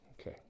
Okay